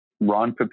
Ron